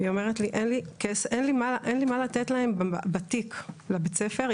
והיא אומרת לי, אין לי מה לתת להם בתיק לבית ספר.